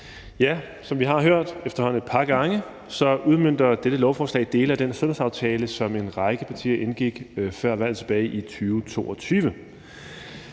Som vi har hørt efterhånden et par gange, udmønter dette lovforslag dele af den sundhedsaftale, som en række partier indgik før valget tilbage i 2022.